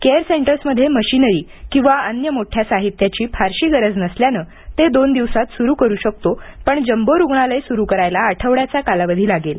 care संटर्समध्ये machinery किंवा अन्य मोठ्या साहित्याची फारशी गरज नसल्यानं ते दोन दिवसांत सुरू करू शकतो पण जम्बो रुग्णालय सुरू करायला आठवड्याचा कालावधी लागेल